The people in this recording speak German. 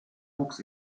wuchs